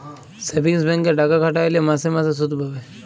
savings ব্যাংকে টাকা খাটাইলে মাসে মাসে সুদ পাবে